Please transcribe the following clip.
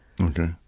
okay